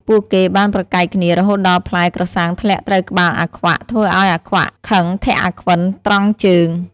ពួកគេបានប្រកែកគ្នា រហូតដល់ផ្លែក្រសាំងធ្លាក់ត្រូវក្បាលអាខ្វាក់ ធ្វើឱ្យអាខ្វាក់ខឹងធាក់អាខ្វិនត្រង់ជើង ។